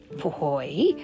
Boy